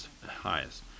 highest